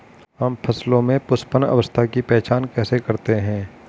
हम फसलों में पुष्पन अवस्था की पहचान कैसे करते हैं?